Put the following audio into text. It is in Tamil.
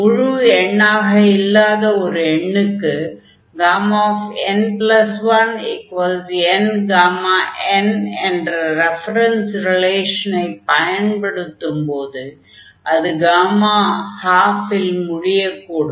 முழு எண்ணாக இல்லாத ஒரு எண்ணுக்கு n1nΓn என்ற ரெஃபரென்ஸ் ரிலேஷனை பயன்படுத்தும்போது அது 12 இல் முடியக்கூடும்